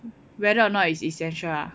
whether or not is essential ah